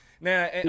Now